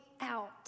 out